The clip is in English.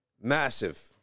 massive